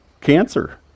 cancer